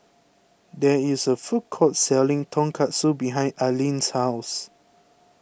there is a food court selling Tonkatsu behind Alleen's house